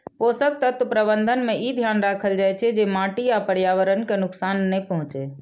पोषक तत्व प्रबंधन मे ई ध्यान राखल जाइ छै, जे माटि आ पर्यावरण कें नुकसान नै पहुंचै